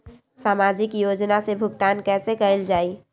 सामाजिक योजना से भुगतान कैसे कयल जाई?